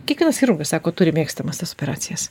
kiekvienas sako turi mėgstamas tas operacijas